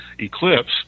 Eclipse